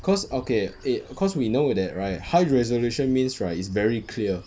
cause okay it cause we know that right high resolution means right is very clear